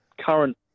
current